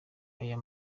aya